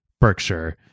Berkshire